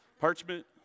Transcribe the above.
parchment